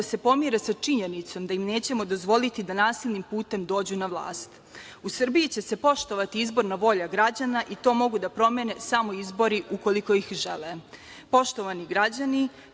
da se pomire sa činjenicom da im nećemo dozvoliti da nasilnim putem dođu na vlast.U Srbiji će se poštovati izborna volja građana i to mogu da promene samo izbori ukoliko ih žele. Poštovani građani,